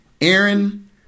Aaron